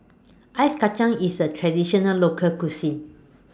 Ice Kacang IS A Traditional Local Cuisine